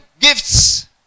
gifts